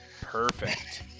Perfect